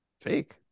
fake